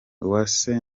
uwase